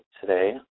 today